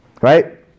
Right